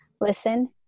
listen